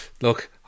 look